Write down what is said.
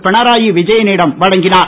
பிணராயி விஜயனிடம் வழங்கினார்